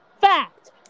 Fact